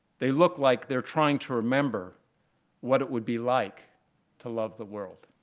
they look like they're trying to remember what it would be like to love the world.